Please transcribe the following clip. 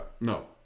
no